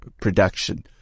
production